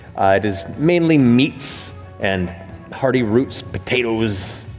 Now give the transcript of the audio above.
it is mainly meats and hearty roots, potatoes,